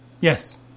Yes